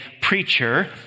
preacher